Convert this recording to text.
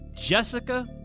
Jessica